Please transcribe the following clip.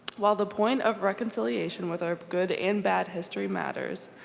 while the point of reconciliation with our good and bad history matters,